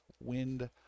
wind